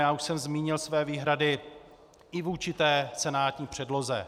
Já už jsem zmínil své výhrady i vůči té senátní předloze.